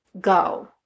go